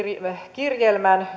kirjelmän